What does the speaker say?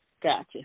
gotcha